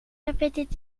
répétait